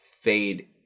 fade